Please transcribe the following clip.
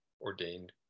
ordained